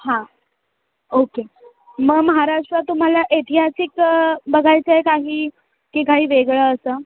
हां ओके मग महाराष्ट्र तुम्हाला ऐतिहासिक बघायचंय काही की काही वेगळं असं